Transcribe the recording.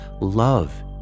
Love